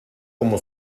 como